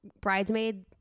bridesmaid